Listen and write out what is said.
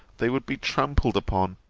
they would be trampled upon.